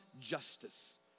justice